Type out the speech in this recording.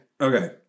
Okay